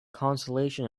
consolation